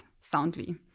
soundly